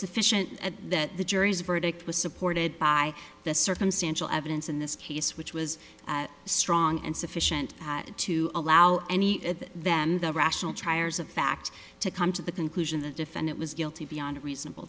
sufficient at that the jury's verdict was supported by the circumstantial evidence in this case which was strong and sufficient to allow any of them the rational triers of fact to come to the conclusion the defendant was guilty beyond reasonable